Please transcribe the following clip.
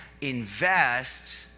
invest